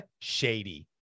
shady